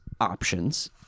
options